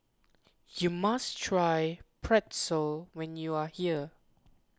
you must try Pretzel when you are here